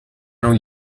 non